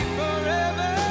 forever